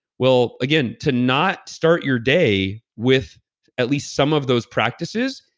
well, again, to not start your day with at least some of those practices,